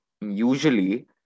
usually